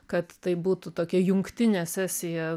kad tai būtų tokia jungtinė sesija